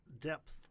depth